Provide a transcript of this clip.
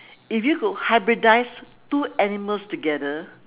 if you could hybridize two animals together